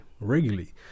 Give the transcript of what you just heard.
regularly